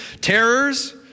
Terrors